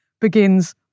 begins